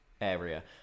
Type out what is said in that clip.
area